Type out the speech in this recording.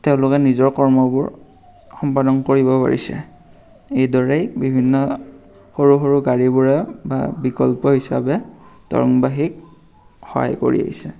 তেওঁলোকে নিজৰ কৰ্মবোৰ সম্পাদন কৰিব পাৰিছে এইদৰেই বিভিন্ন সৰু সৰু গাড়ীবোৰে বা বিকল্প হিচাপে দৰংবাসীক সহায় কৰি আহিছে